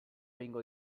egingo